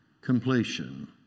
completion